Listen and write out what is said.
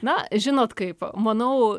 na žinot kaip manau